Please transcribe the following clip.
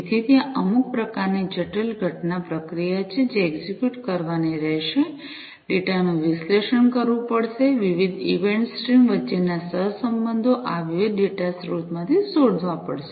તેથી ત્યાં અમુક પ્રકારની જટિલ ઘટના પ્રક્રિયા છે જે એક્ઝિક્યુટ કરવાની રહેશે ડેટાનું વિશ્લેષણ કરવું પડશે વિવિધ ઇવેન્ટ સ્ટ્રીમ્સ વચ્ચેના સહસંબંધો આ વિવિધ ડેટા સ્ત્રોતોમાંથી શોધવા પડશે